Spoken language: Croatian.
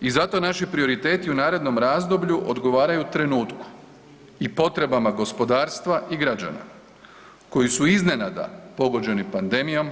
I zato naši prioriteti u narednom razdoblju odgovaraju trenutku i potrebama gospodarstva i građana koji su iznenada pogođeni pandemijom